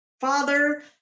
father